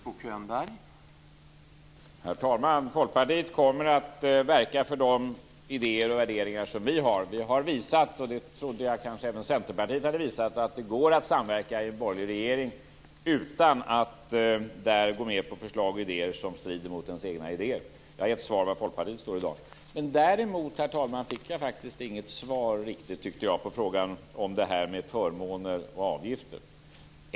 Herr talman! Folkpartiet kommer att verka för de idéer och värderingar som vi har. Vi har visat - och det trodde jag att även Centerpartiet hade gjort - att det går att samverka i en borgerlig regering utan att gå med på förslag som strider mot ens egna idéer. Det är svar på frågan var Folkpartiet står i dag. Däremot fick jag inget riktigt svar på frågan om förmåner och avgifter.